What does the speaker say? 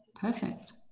perfect